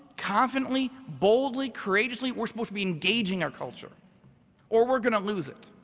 confidently, boldly, courageously we're supposed to be engaging our culture or we're gonna lose it.